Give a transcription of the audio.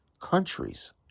countries